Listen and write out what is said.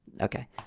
Okay